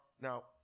now